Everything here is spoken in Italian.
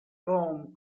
con